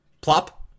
plop